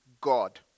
God